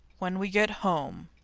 when we get home,